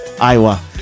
Iowa